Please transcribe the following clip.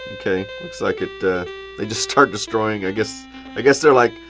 ok, looks like it they just start destroying, i guess i guess they're like,